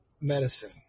medicine